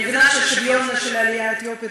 אני מבינה שהשוויון של העלייה האתיופית